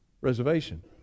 reservation